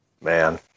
man